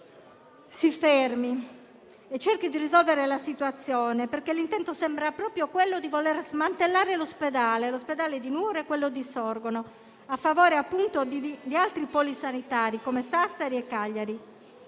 si fermi e cerchi di risolvere la situazione, perché l'intento sembra proprio quello di voler smantellare l'ospedale di Nuoro e quello di Sorgono, a favore di altri poli sanitari come Sassari e Cagliari.